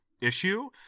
issue